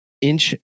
inch